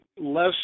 less